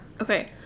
Okay